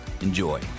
Enjoy